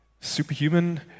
Superhuman